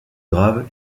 graves